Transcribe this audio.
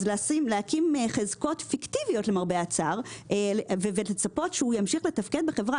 אז להקים חזקות פיקטיביות למרבה הצער ולצפות שהוא ימשיך לתפקד בחברה,